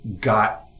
got